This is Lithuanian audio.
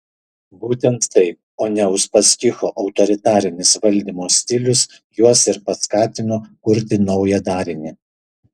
būtent tai o ne uspaskicho autoritarinis valdymo stilius juos ir paskatino kurti naują darinį